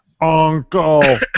Uncle